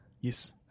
Yes